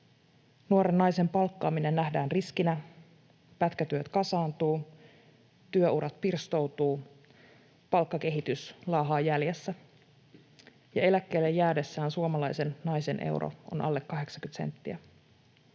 Nuoren naisen palkkaaminen nähdään riskinä, pätkätyöt kasaantuvat, työurat pirstoutuvat, palkkakehitys laahaa jäljessä, ja eläkkeelle jäädessään suomalaisen naisen euro on alle 80 senttiä.